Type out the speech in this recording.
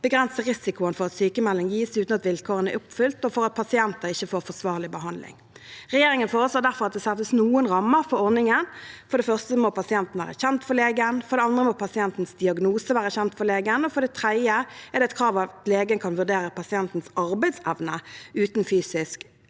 begrense risikoen for at sykmelding gis uten at vilkårene er oppfylt, og for at pasienter ikke får forsvarlig behandling. Regjeringen foreslår derfor at det settes noen rammer for ordningen. For det første må pasienten være kjent for legen, for det andre må pasientens diagnose være kjent for legen, og for det tredje er det et krav at legen kan vurdere pasientens arbeidsevne uten fysisk